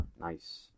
nice